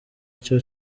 cyo